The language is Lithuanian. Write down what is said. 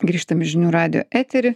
grįžtam į žinių radijo eterį